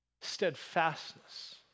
Steadfastness